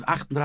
38%